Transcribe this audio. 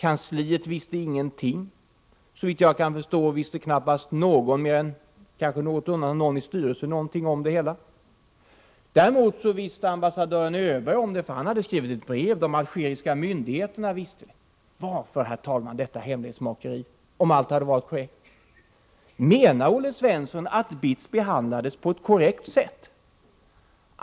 Kansliet visste ingenting. Såvitt jag kan förstå visste knappast någon i styrelsen — möjligen med ett enstaka undantag — något om det hela. Däremot kände ambassadören Öberg till det, för han hade skrivit ett brev i ärendet. Likaså visste de algeriska myndigheterna om utfästelserna. Varför, herr talman, detta hemlighetsmakeri, om allt hade gått korrekt till? Menar Olle Svensson att BITS behandlades på ett korrekt sätt?